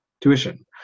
tuition